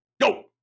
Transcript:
Go